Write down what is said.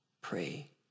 pray